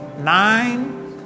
nine